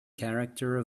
character